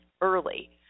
early